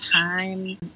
time